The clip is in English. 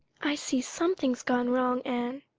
i see something's gone wrong, anne.